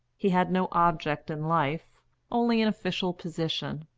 he had no object in life only an official position.